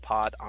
Pod